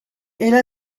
era